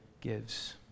gives